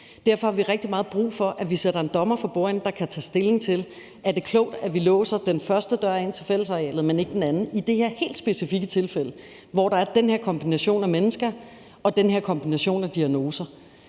Derfor har vi rigtig meget brug for, at vi sætter en dommer for bordenden, der kan tage stilling til, om det er klogt, at vi låser den første dør ind til fællesarealet, men ikke den anden i det her helt specifikke tilfælde, hvor der er den her kombination af mennesker og den her kombination af diagnoser.